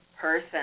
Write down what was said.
person